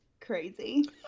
Crazy